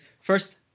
First